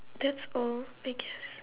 that's all I guess